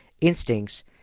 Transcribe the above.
instincts